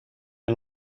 een